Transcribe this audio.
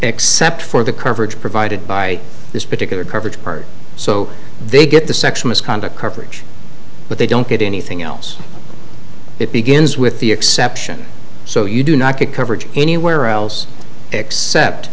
except for the coverage provided by this particular coverage so they get the sex misconduct coverage but they don't get anything else it begins with the exception so you do not get coverage anywhere else except